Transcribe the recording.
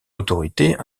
autorité